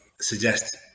suggest